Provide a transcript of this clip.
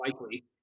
likely